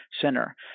center